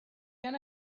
can